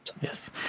Yes